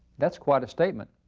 that's quite a statement!